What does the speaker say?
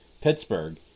Pittsburgh